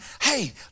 hey